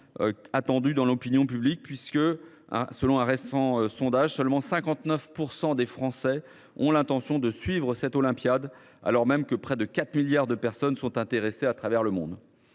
attendu dans l’opinion publique. En effet, selon un récent sondage, seuls 59 % des Français ont l’intention de suivre cette Olympiade, alors même que près de 4 milliards de personnes à travers le monde